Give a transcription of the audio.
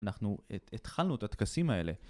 אנחנו התחלנו את הטקסים האלה.